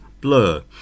Blur